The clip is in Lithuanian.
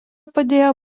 padėjo